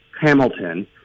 Hamilton